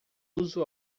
uso